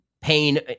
pain